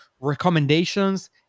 recommendations